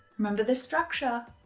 remember the structure.